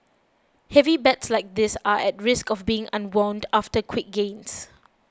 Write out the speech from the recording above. heavy bets like this are at risk of being unwound after quick gains